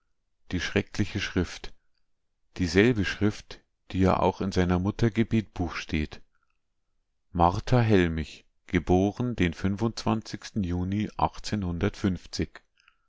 die schreckliche schrift dieselbe schrift die ja auch in seiner mutter gebetbuch steht martha hellmich geboren den juni